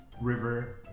River